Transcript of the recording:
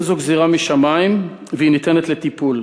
זו אינה גזירה משמים וזה ניתן לטיפול.